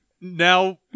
now